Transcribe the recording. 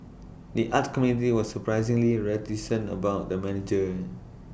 the arts community was surprisingly reticent about the merger